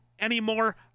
anymore